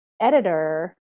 editor